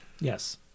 yes